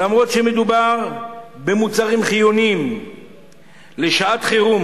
אף-על-פי שמדובר במוצרים חיוניים לשעת-חירום,